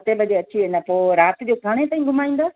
सते बजे अची वेंदा पोइ राति जो घणे ताईं घुमाईंदा